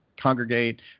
congregate